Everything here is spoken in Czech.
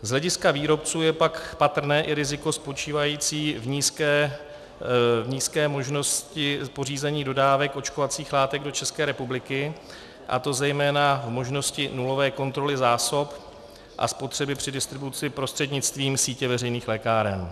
Z hlediska výrobců je pak patrné i riziko spočívající v nízké možnosti pořízení dodávek očkovacích látek do České republiky, a to zejména v možnosti nulové kontroly zásob a spotřeby při distribuci prostřednictvím sítě veřejných lékáren.